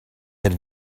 that